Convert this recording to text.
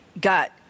gut